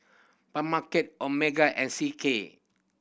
Omega and C K